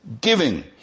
giving